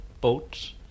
boats